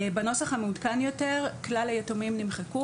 בנוסח המעודכן יותר כלל היתומים נמחקו